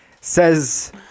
Says